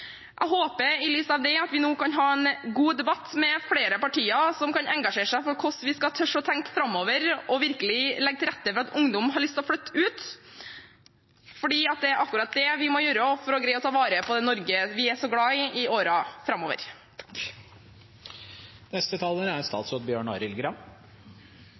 Jeg håper i lys av dette at vi nå kan ha en god debatt med flere partier som kan engasjere seg for hvordan vi skal tørre å tenke framover, og virkelig legge til rette for at ungdom får lyst til å flytte ut. Det er akkurat det vi må gjøre i årene framover for å greie å ta vare på det Norge vi er så glad i.